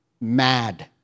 mad